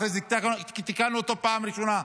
אחרי זה תיקנו אותו פעם ראשונה,